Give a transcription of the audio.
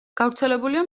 გავრცელებულია